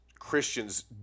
Christians